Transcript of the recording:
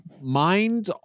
Mind